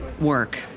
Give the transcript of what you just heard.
work